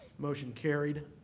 motion carried.